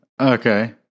Okay